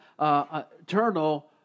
eternal